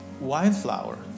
wildflower